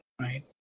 right